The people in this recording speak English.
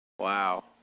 Wow